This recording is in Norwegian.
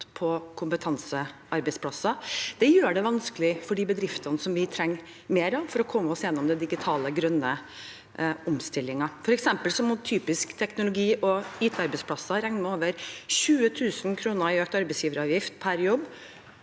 på kompetansearbeidsplasser. Det gjør det vanskelig for de bedriftene vi trenger mer av for å komme oss gjennom den digitale grønne omstillingen. For eksempel må typiske teknologi- og IT-arbeidsplasser regne med over 20 000 kr i økt arbeidsgiveravgift per jobb